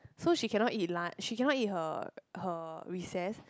so she cannot eat lunch she cannot eat her her recess